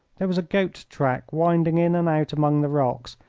there was a goat track winding in and out among the rocks,